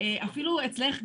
אפילו אצלך בוועדה,